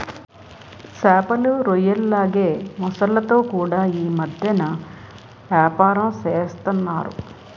సేపలు, రొయ్యల్లాగే మొసల్లతో కూడా యీ మద్దెన ఏపారం సేస్తన్నారు